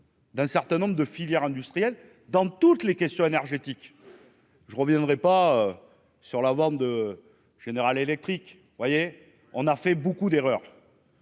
D'un certain nombre de filières industrielles dans toutes les questions énergétiques, je reviendrai pas sur la vente de General Electric, vous voyez, on a fait beaucoup d'erreurs.